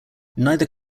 neither